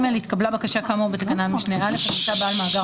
(ג) התקבלה בקשה כאמור בתקנת משנה (א) ומצא בעל מאגר